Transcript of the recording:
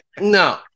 no